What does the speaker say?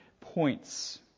points